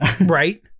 Right